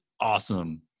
awesome